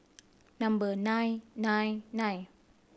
number nine nine nine